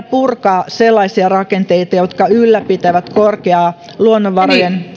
purkaa sellaisia rakenteita jotka ylläpitävät korkeaa luonnonvarojen